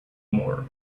more